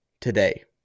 today